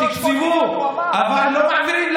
תקצבו, אבל לא מעבירים.